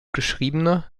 geschriebene